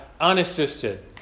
unassisted